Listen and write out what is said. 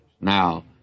Now